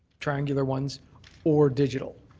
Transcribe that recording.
triangular ones or digital.